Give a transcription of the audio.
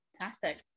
fantastic